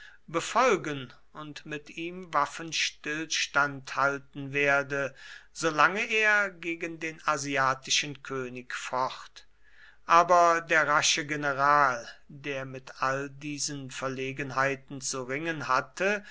befolgen und mit ihm waffenstillstand halten werde solange er gegen den asiatischen könig focht aber der rasche general der mit all diesen verlegenheiten zu ringen hatte